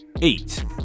Eight